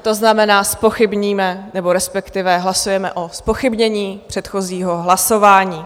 To znamená, zpochybníme nebo respektive hlasujeme o zpochybnění předchozího hlasování.